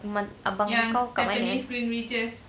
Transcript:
rumah abang kau kat mana